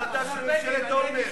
החלטה של ממשלת אולמרט.